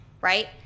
right